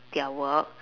their work